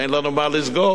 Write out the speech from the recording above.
אין לנו מה לסגור.